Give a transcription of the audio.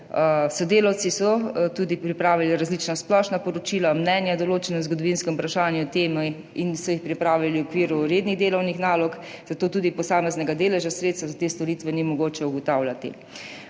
Sodelavci so tudi pripravili različna splošna poročila, mnenja o določenem zgodovinskem vprašanju, temi in so jih pripravili v okviru rednih delovnih nalog, zato tudi posameznega deleža sredstev za te storitve ni mogoče ugotavljati.